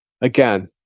Again